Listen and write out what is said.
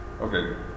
Okay